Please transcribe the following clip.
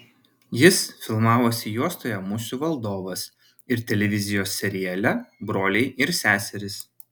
jis filmavosi juostoje musių valdovas ir televizijos seriale broliai ir seserys